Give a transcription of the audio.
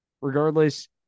Regardless